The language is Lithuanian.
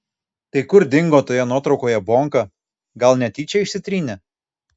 tai kur dingo toje nuotraukoje bonka gal netyčia išsitrynė